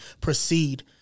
proceed